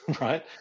right